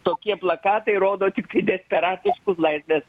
tokie plakatai rodo tiktai desperatiškus laisvės